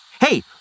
Hey